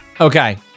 Okay